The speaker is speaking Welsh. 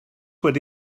wedi